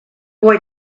boy